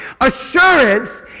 Assurance